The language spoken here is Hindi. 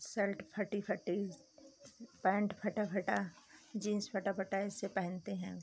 शल्ट फटी फटी पेंट फटा फटा जींस फटा फटा ऐसे पहनते हैं